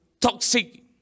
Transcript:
toxic